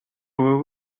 were